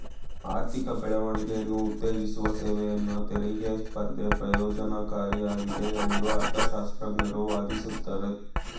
ಆರ್ಥಿಕ ಬೆಳವಣಿಗೆಯನ್ನ ಉತ್ತೇಜಿಸುವ ಸೇವೆಯನ್ನ ತೆರಿಗೆ ಸ್ಪರ್ಧೆ ಪ್ರಯೋಜ್ನಕಾರಿಯಾಗಿದೆ ಎಂದು ಅರ್ಥಶಾಸ್ತ್ರಜ್ಞರು ವಾದಿಸುತ್ತಾರೆ